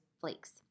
flakes